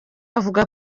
avuga